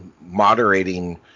Moderating